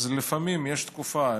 אז לפעמים יש תקופה,